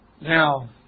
Now